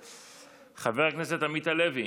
חבר הכנסת עמית הלוי,